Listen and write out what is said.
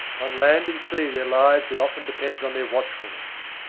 on land and sea their lives had often depended on their watchfulness.